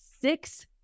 six